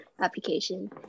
application